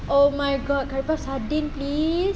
oh my god curry puff sardine please